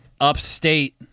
Upstate